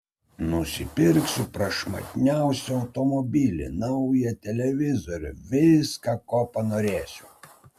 nusipirksiu prašmatniausią automobilį naują televizorių viską ko panorėsiu